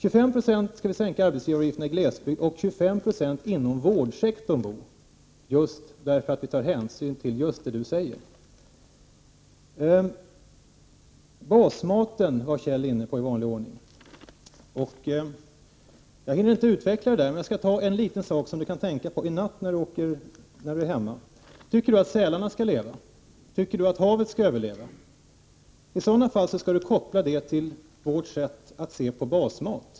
Bo Lundgren, vi vill sänka arbetsgivaravgifterna i glesbygden med 25 26, och vi vill sänka skatterna med 25 26 inom vårdsektorn. Det är för att vi tar hänsyn till just det Bo Lundgren har talat om. Kjell Johansson var i vanlig ordning inne på basmaten. Jag hinner inte i detalj gå in på ämnet, men jag skall ta upp en sak som Kjell Johansson kan tänka på i natt när han kommer hem. Tycker Kjell Johansson att sälarna skall leva? Skall havet överleva? I sådana fall skall Kjell Johansson koppla det till miljöpartiets sätt att se på basmat.